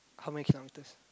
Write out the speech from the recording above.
how many kilometers